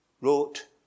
wrote